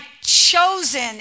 chosen